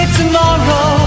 tomorrow